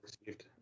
received